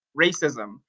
racism